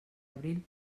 abril